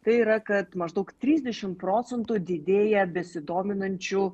tai yra kad maždaug trisdešim procentų didėja besidominančių